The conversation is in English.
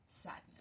sadness